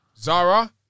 Zara